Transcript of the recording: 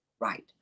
Right